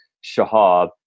Shahab